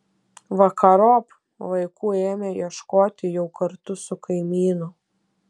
vakarop vaikų ėmė ieškoti jau kartu su kaimynu